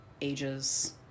ages